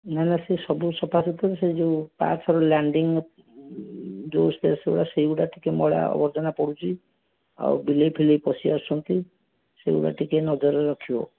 ନା ନା ସେ ସବୁ ସଫା ସୁତରା ସେ ଯେଉଁ ପାହାଚର ଲ୍ୟାଣ୍ଡିଙ୍ଗ୍ ଯେଉଁ ସ୍ପେସ୍ ଗୁଡ଼ା ସେଇ ଗୁଡା ଟିକେ ମଇଳା ଆବର୍ଜନା ପଡ଼ୁଛି ଆଉ ବିଲେଇ ଫିଲେଇ ପଶି ଆସୁଛନ୍ତି ସେଗୁଡ଼ା ଟିକେ ନଜରରେ ରଖିବ